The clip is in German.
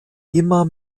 immer